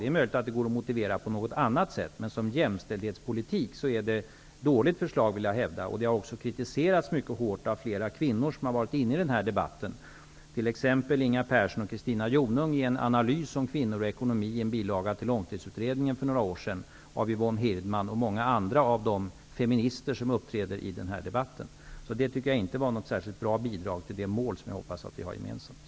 Det är möjligt att det går att motivera på något annat sätt, men som jämställdhetspolitik är det dåligt. Förslaget har också kritiserats mycket hårt av flera kvinnor som har varit med i debatten, t.ex. av Inga Persson och Christina Jonung i en analys om kvinnor och ekonomi i en bilaga till Långtidsutredningen för några år sedan, och av Yvonne Hirdman och många andra feminister. Det var alltså inte något bra bidrag till de mål som jag hoppas att vi har gemensamt.